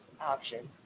option